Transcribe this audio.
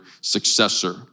successor